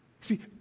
See